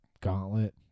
gauntlet